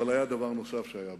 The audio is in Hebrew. אבל היה דבר נוסף שהיה בו.